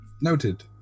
Noted